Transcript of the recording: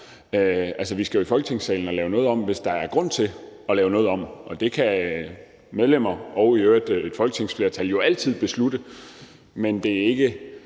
Altså, vi skal jo i Folketingssalen for at lave noget om, hvis der er grund til at lave noget om, og det kan medlemmer og i øvrigt et folketingsflertal jo altid beslutte, men set med vores